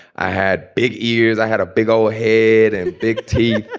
i had big ears. i had a big old head and big teeth.